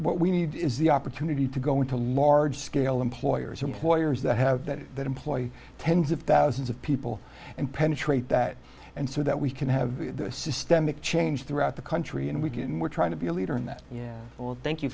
what we need is the opportunity to go into large scale employers employers that have that that employ tens of thousands of people and penetrate that and so that we can have systemic change throughout the country and we can and we're trying to be a leader in that yeah thank you